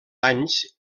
anys